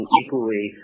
equally